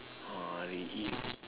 !wah! they eat